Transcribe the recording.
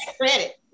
credit